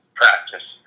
practice